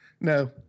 No